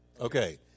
Okay